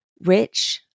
rich